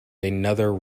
another